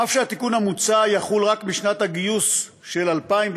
אף שהתיקון המוצע יחול רק בשנת הגיוס 2020,